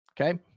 Okay